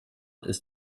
ist